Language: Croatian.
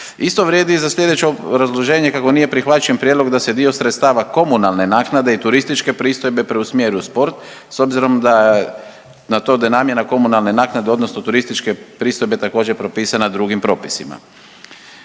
Isto vrijedi i za sljedeće obrazloženje kako nije prihvaćen prijedlog da se dio sredstava komunalne naknade i turističke pristojbe preusmjeri u sport s obzirom na to da je namjena komunalne naknade odnosno turističke pristojbe također propisana drugim propisima.